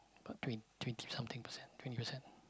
about twen~ twenty something percent twenty percent